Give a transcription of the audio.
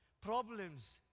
problems